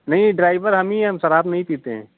नहीं ड्राइवर हम ही हैं हम शराब नहीं पीते हैं